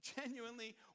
Genuinely